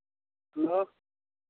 hello